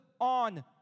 on